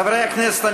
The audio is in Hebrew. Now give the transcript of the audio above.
חברי הכנסת,